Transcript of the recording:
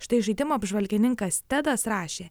štai žaidimų apžvalgininkas tedas rašė